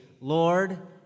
Lord